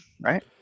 right